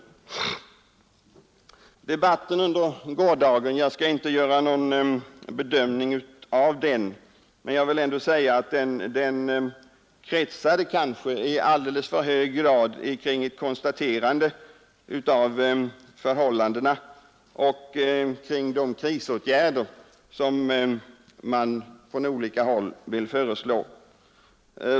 Jag skall inte göra någon bedömning av debatten under gårdagen, men jag vill ändå säga att den kanske i alldeles för hög grad kretsade kring ett konstaterande av förhållandena och kring de krisåtgärder som man från olika håll vill föreslå.